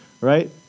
right